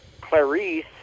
Clarice